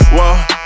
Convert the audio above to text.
Whoa